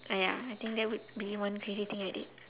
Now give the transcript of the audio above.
uh ya I think that would be one crazy thing already